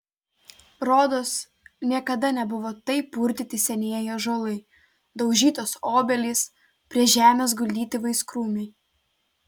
rodos niekada nebuvo taip purtyti senieji ąžuolai daužytos obelys prie žemės guldyti vaiskrūmiai